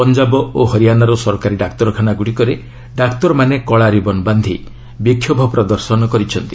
ପଞ୍ଜାବ ଓ ହରିଆଣାର ସରକାରୀ ଡାକ୍ତରଖାନାଗୁଡ଼ିକରେ ଡାକ୍ତରମାନେ କଳାରିବନ ବାନ୍ଧି ବିକ୍ଷୋଭ ପ୍ରଦର୍ଶନ କରିଛନ୍ତି